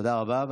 תודה רבה.